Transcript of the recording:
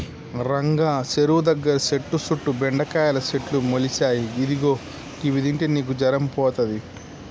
రంగా సెరువు దగ్గర సెట్టు సుట్టు బెండకాయల సెట్లు మొలిసాయి ఇదిగో గివి తింటే నీకు జరం పోతది